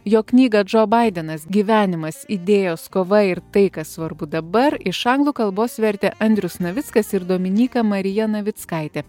jo knygą džo baidenas gyvenimas idėjos kova ir tai kas svarbu dabar iš anglų kalbos vertė andrius navickas ir dominyka marija navickaitė